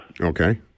Okay